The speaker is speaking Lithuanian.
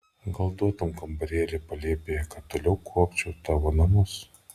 gal duotum kambarėlį palėpėje kad toliau kuopčiau tavo namus